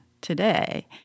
today